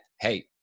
Hey